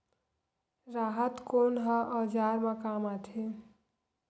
राहत कोन ह औजार मा काम आथे?